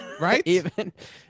right